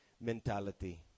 mentality